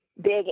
big